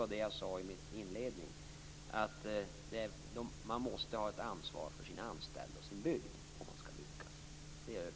Jag sade också i mitt inledande inlägg att man måste ha ett ansvar för sina anställda och för sin bygd för att lyckas. Jag är övertygad om att det är så.